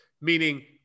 Meaning